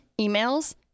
emails